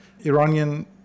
Iranian